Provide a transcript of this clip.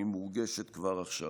והיא מורגשת כבר עכשיו.